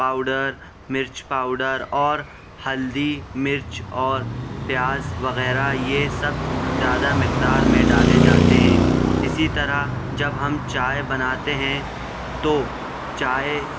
powder مرچ powder اور ہلدی مرچ اور پیاز وغیرہ یہ سب زیادہ مقدار میں ڈالے جاتے ہیں اسی طرح جب ہم چائے بناتے ہیں تو چائے